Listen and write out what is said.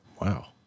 Wow